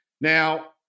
now